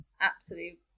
Absolute